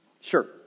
Sure